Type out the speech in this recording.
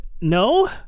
no